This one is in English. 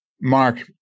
Mark